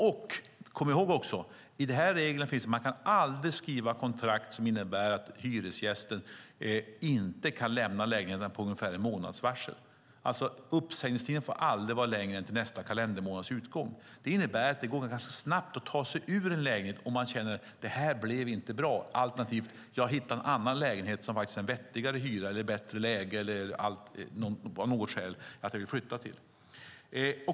Och kom ihåg att man med dessa regler aldrig kan skriva kontrakt som innebär att hyresgästen inte kan lämna lägenheten med ungefär en månads varsel. Uppsägningstiden får alltså aldrig vara längre än till nästa kalendermånads utgång. Det innebär att det går att ganska snabbt säga upp en lägenhet om man känner att det inte blev bra eller om man hittat en annan lägenhet som har en vettigare hyra, ett bättre läge eller som man av något annat skäl vill flytta till.